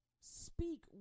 Speak